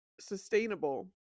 sustainable